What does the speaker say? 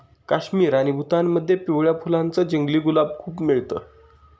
काश्मीर आणि भूतानमध्ये पिवळ्या फुलांच जंगली गुलाब खूप मिळत